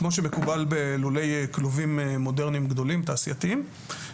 כמו שמקובל בלולי כלובים מודרניים גדולים ותעשייתיים.